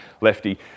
lefty